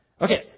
Okay